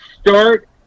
start